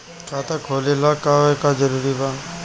खाता खोले ला का का जरूरी बा?